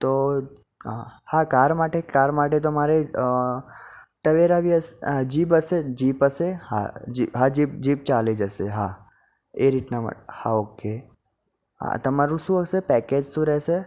તો હા હા કાર માટે કાર માટે તમારે ટવેરા બી હસ હા જીપ હશે જીપ હશે હા જીપ હા જીપ જીપ ચાલી જશે હા એ રીતે માર હા ઓકે હા તમારું શું હશે પેકેજ શું રહેશે